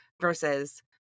versus